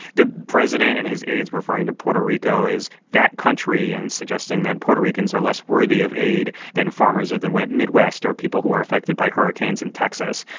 the president and his aides referring to puerto rico as that country and suggesting that puerto ricans are less worthy of aid than farmers of the midwest or people who are affected by hurricanes in texas.